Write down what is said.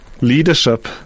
leadership